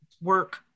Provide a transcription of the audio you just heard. work